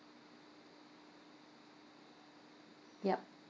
yup